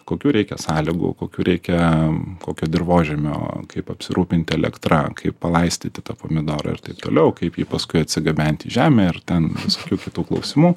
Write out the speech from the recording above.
kokių reikia sąlygų kokių reikia kokio dirvožemio kaip apsirūpinti elektra kaip palaistyti tą pomidorą ir taip toliau kaip jį paskui atsigabent į žemę ir ten visokių kitų klausimų